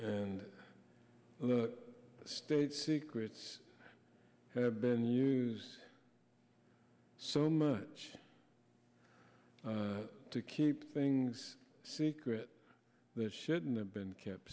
and the state secrets have been used so much to keep things secret that shouldn't have been kept